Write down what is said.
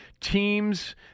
teams